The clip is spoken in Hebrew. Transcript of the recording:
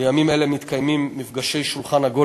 בימים אלה מתקיימים מפגשי שולחן עגול